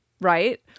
Right